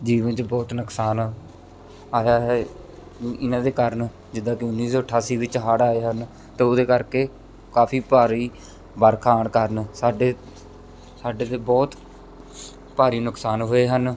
ਜੀਵਨ 'ਚ ਬਹੁਤ ਨੁਕਸਾਨ ਆਇਆ ਹੈ ਇ ਇਹਨਾਂ ਦੇ ਕਾਰਨ ਜਿੱਦਾਂ ਕਿ ਉੱਨੀ ਸੌ ਅਠਾਸੀ ਵਿੱਚ ਹੜ੍ਹ ਆਏ ਹਨ ਅਤੇ ਉਹਦੇ ਕਰਕੇ ਕਾਫੀ ਭਾਰੀ ਵਰਖਾ ਹੋਣ ਕਾਰਨ ਸਾਡੇ ਸਾਡੇ 'ਤੇ ਬਹੁਤ ਭਾਰੀ ਨੁਕਸਾਨ ਹੋਏ ਹਨ